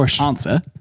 answer